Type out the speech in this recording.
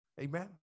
Amen